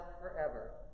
forever